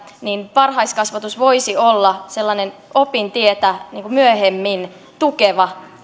varhaiskasvatus voisi olla sellainen opintietä myöhemmin tukeva